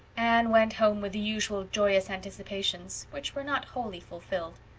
anne went home with the usual joyous anticipations which were not wholly fulfilled.